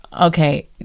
Okay